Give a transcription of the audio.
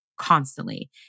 constantly